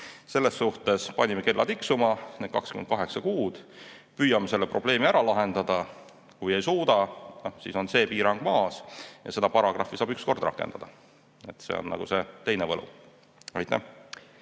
Selles suhtes panime kella tiksuma, need 28 kuud. Püüame selle probleemi ära lahendada. Kui ei suuda, siis on see piirang maas ja seda paragrahvi saab üks kord rakendada, see on nagu see teine võlu. Jaa. Aitäh!